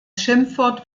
schimpfwort